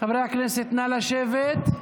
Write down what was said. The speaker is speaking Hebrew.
חברי הכנסת, נא לשבת.